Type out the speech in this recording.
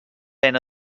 ben